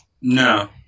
No